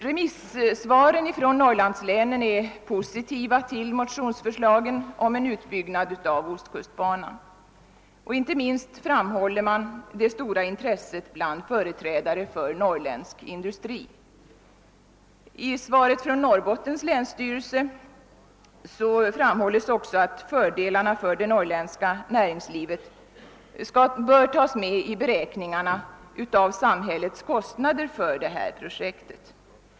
Remissvaren från Norrlandslänen är positiva till motionsförslagen om en utbyggnad av ostkustbanan. Inte minst framhåller man det stora intresset bland företrädare för norrländsk industri. I svaret från Norrbottens länsstyrelse framhålles också att fördelarna för det norrländska näringslivet bör tas med i beräkningarna av samhällets kostnader för det här projektet.